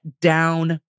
down